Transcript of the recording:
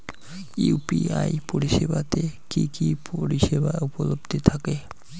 UPI পরিষেবা তে কি কি পরিষেবা উপলব্ধি থাকে?